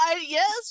Yes